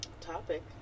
topic